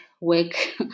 work